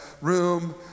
room